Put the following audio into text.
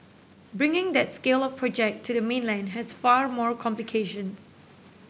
bringing that scale of project to the mainland has far more complications